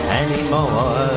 anymore